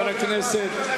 חוק ומשפט,